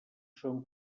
són